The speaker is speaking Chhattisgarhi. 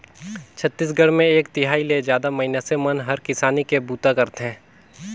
छत्तीसगढ़ मे एक तिहाई ले जादा मइनसे मन हर किसानी के बूता करथे